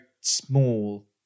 small